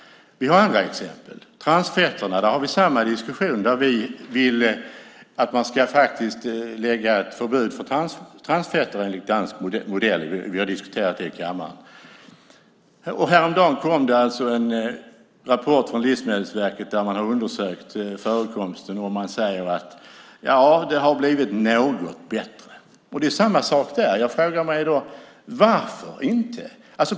Vi har andra exempel. När det gäller transfetterna har vi samma diskussion. Vi vill att man ska förbjuda transfetter enligt dansk modell. Det har vi diskuterat i kammaren. Häromdagen kom det en rapport från Livsmedelsverket som har undersökt förekomsten av transfetter. Man säger att det har blivit något bättre. Det är samma sak där. Jag frågar mig, varför inte?